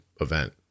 event